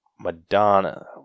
Madonna